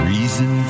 Reason